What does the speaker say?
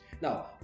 Now